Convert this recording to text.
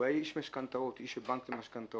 הוא היה איש שעבד בבנק למשכנתאות.